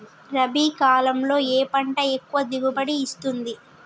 రబీ కాలంలో ఏ పంట ఎక్కువ దిగుబడి ఇస్తుంది?